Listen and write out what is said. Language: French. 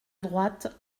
droite